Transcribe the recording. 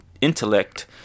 intellect